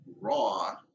Raw